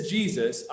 Jesus